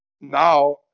now